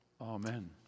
Amen